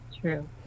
true